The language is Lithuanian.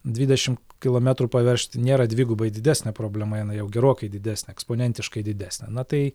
dvidešim kilometrų pavežt nėra dvigubai didesnė problema jinai jau gerokai didesnė eksponentiškai didesnė na tai